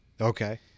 Okay